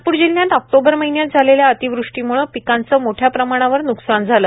नागपूर जिल्ह्यात ऑक्टोबर महिन्यात झालेल्या अतिवृष्टीमुळं पिकांचं मोठ्या प्रमाणावर नुकसान झालं